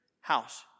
house